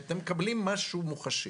אתם מקבלים משהו מוחשי.